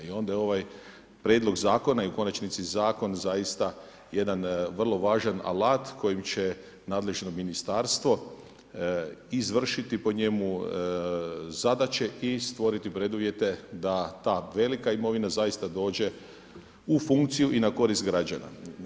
I onda je ovaj prijedlog zakona i u konačnici Zakon zaista jedan vrlo važan alat kojim će nadležno ministarstvo izvršiti po njemu zadaće i stvoriti preduvjete da ta velika imovina zaista dođe u funkciju i na korist građana.